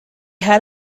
had